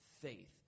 faith